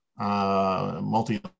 Multi